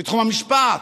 בתחום המשפט,